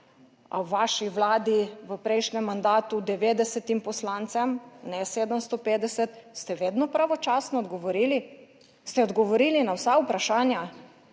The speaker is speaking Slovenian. v vaši vladi v prejšnjem mandatu 90. poslancem, ne 750, ste vedno pravočasno odgovorili? Ste odgovorili na vsa vprašanja?